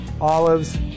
olives